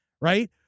Right